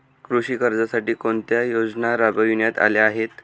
कृषी कर्जासाठी कोणत्या योजना राबविण्यात आल्या आहेत?